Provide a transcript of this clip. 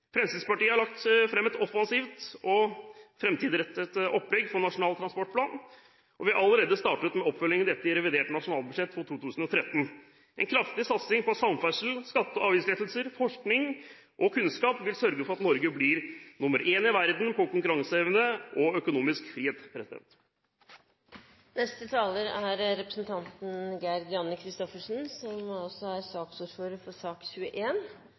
Fremskrittspartiet har lagt fram et offensivt og framtidsrettet opplegg for Nasjonal transportplan. Vi har allerede startet med oppfølgingen av dette i forbindelse med revidert nasjonalbudsjett for 2013. En kraftig satsing på samferdsel, skatte- og avgiftslettelser, forskning og kunnskap vil sørge for at Norge blir nr. 1 i verden i konkurranseevne og økonomisk frihet. Foregående taler